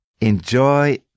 Enjoy